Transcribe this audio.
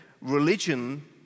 religion